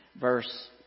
verse